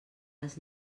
les